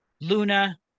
Luna